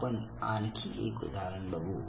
आपण आणखी एक उदाहरण बघू